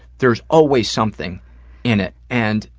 there's always something in it. and,